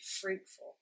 fruitful